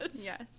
Yes